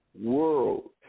world